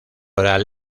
oral